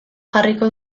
jarriko